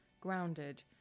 grounded